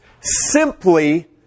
simply